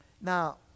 Now